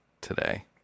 today